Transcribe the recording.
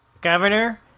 Governor